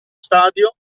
stadio